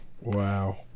Wow